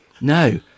No